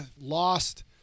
lost